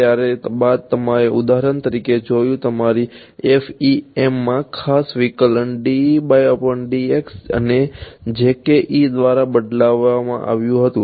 ત્યાર બાદ તમે ઉદાહરણ તરીકે જોયું તમારી FEMમાં ખાસ વિકલન dEdx ને jkE દ્વારા બદલવામાં આવ્યું હતું